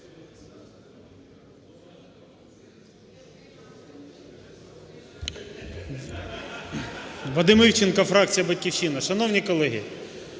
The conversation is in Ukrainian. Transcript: Вадим Івченко, фракція "Батьківщина". Шановні колеги,